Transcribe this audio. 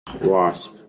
wasp